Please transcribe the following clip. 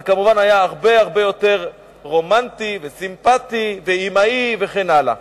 זה כמובן היה הרבה יותר רומנטי וסימפתי ואימהי וכן הלאה.